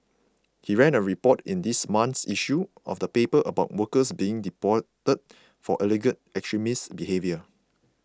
he ran a report in this month's issue of the paper about workers being deported for alleged extremist behaviour